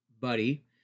buddy